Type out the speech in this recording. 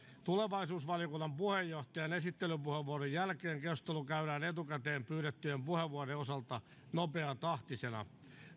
tulevaisuusvaliokunnan puheenjohtajan esittelypuheenvuoron jälkeen keskustelu käydään etukäteen pyydettyjen puheenvuorojen osalta nopeatahtisena